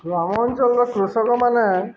ଗ୍ରାମାଞ୍ଚଳର କୃଷକମାନେ